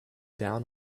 down